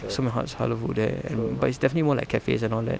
so many ha~ halal food there and but it's definitely more like cafes and all that